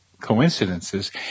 coincidences